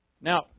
Now